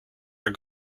are